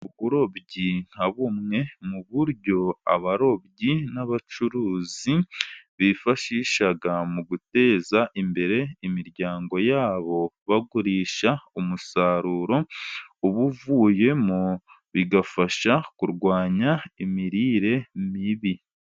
Uburobyi nka bumwe mu buryo abarobyi n'abacuruzi bifashisha mu guteza imbere imiryango yabo bagurisha umusaruro ibivuyemo, bigafasha kurwanya imirire mibi.